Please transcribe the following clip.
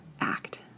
act